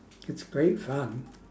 it's great fun